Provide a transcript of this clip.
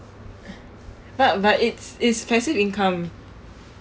but but it's it's passive income